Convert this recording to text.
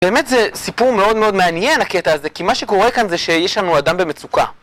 באמת זה סיפור מאוד מאוד מעניין הקטע הזה, כי מה שקורה כאן זה שיש לנו אדם במצוקה.